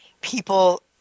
people